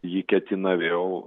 ji ketina vėl